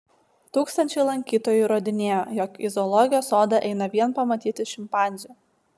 tūkstančiai lankytojų įrodinėjo jog į zoologijos sodą eina vien pamatyti šimpanzių